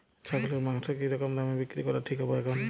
ছাগলের মাংস কী রকম দামে বিক্রি করা ঠিক হবে এখন?